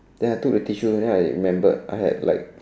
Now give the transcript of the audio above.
then I took the tissue then I remembered I had like